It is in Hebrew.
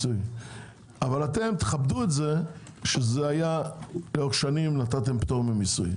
אבל תכבדו את זה שזה היה לאורך שנים נתתם פטור ממיסוי,